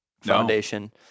Foundation